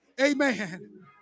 Amen